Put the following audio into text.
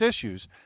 issues